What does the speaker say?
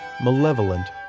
malevolent